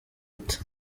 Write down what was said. ute